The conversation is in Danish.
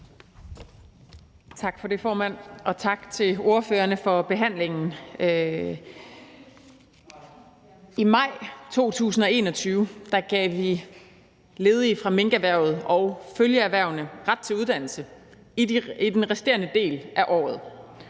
Tak for det, formand, og tak til ordførerne for behandlingen. I maj 2021 gav vi ledige fra minkerhvervet og følgeerhvervene ret til uddannelse i den resterende del af året.